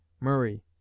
Murray